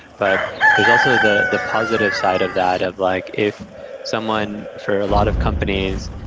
but there's also the the positive side of that, of like if someone for a lot of companies,